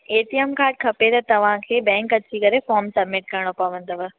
ए T M card खपे त तव्हांखे बैंक अची करे फॉम सबमिट करिणो पवंदव